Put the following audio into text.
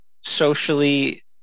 socially